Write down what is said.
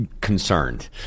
concerned